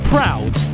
Proud